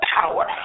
power